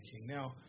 Now